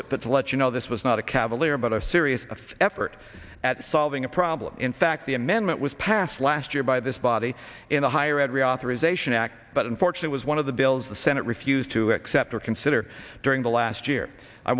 it but to let you know this was not a cavalier but a serious effort at solving a problem in fact the amendment was passed last year by this body in the higher ed reauthorization act but unfortunate was one of the bills the senate refused to accept or consider during the last year i